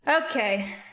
Okay